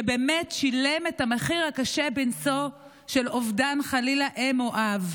שבאמת שילם את המחיר הקשה מנשוא של אובדן אם או אב,